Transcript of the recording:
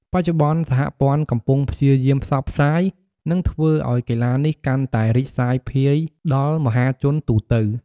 បច្ចុប្បន្ន សហព័ន្ធកំពុងព្យាយាមផ្សព្វផ្សាយ និងធ្វើឲ្យកីឡានេះកាន់តែរីកសាយភាយដល់មហាជនទូទៅ។